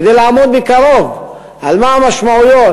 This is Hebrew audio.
כדי לעמוד מקרוב על המשמעויות,